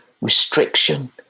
restriction